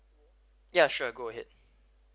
ya sure go ahead